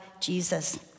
Jesus